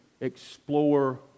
explore